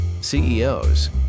CEOs